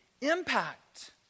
impact